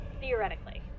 Theoretically